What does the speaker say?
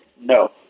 no